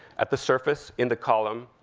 at the surface, in the column,